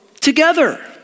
together